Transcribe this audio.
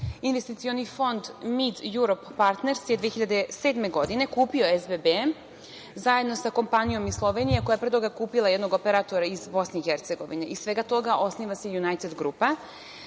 Investicioni fond Mid Europa Partners je 2007. godine kupio SBB zajedno sa kompanijom iz Slovenije, koja je pre toga kupila jednog operatora iz BiH. Iz svega toga osniva se „Junajted Grupa“.